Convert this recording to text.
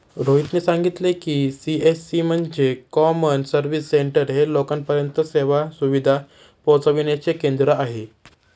रोहितने सांगितले की, सी.एस.सी म्हणजे कॉमन सर्व्हिस सेंटर हे लोकांपर्यंत सेवा सुविधा पोहचविण्याचे केंद्र आहे